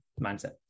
mindset